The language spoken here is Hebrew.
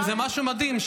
אבל זה משהו מדהים,